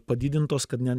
padidintos kad ne